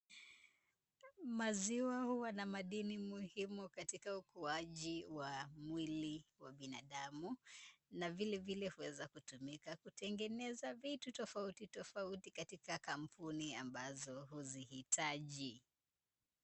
Maziwa huwa na madini muhimu katika ukuaji wa mwili wa binadamu na vilevile huweza kutumika kutengeneza vitu tofauti tofauti katika kampuni ambazo huzihitaji.